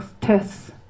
tests